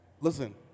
Listen